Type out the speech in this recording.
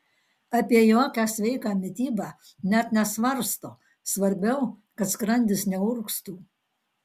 apie jokią sveiką mitybą net nesvarsto svarbiau kad skrandis neurgztų